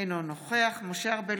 אינו נוכח משה ארבל,